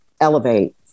elevate